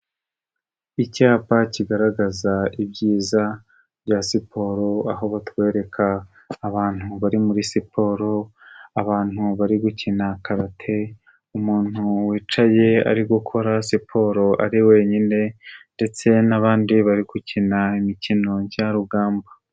Icyapa kigaragaza ibyiza bya siporo aho batwereka abantu bari muri siporo, abantu bari gukina karate, umuntu wicaye ari gukora siporo ari wenyine, ndetse n'abandi bari gukina imikino njyarugamba.